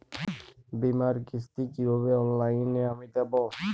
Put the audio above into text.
বীমার কিস্তি কিভাবে অনলাইনে আমি দেবো?